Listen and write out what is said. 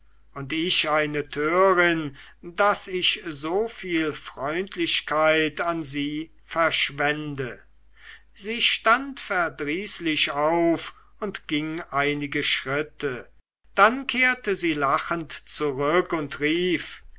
und ich eine törin daß ich so viel freundlichkeit an sie verschwende sie stand verdrießlich auf und ging einige schritte dann kehrte sie lachend zurück und rief